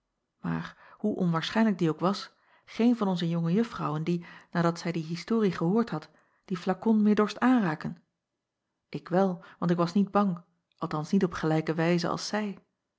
maar hoe onwaarschijnlijk die ook was geene van onze jonge uffrouwen die nadat zij die historie gehoord had dien flakon meer dorst aanraken ik wel want ik was niet bang althans niet op gelijke wijze als zij